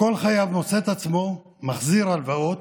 כל חייל מוצא את עצמו מחזיר הלוואות,